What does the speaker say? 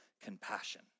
compassion